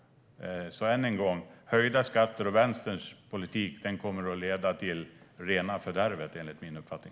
Än en gång: Höjda skatter och Vänsterns politik kommer att leda till rena fördärvet, enligt min uppfattning.